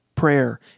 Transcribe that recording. prayer